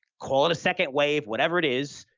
call it a second wave, whatever it is,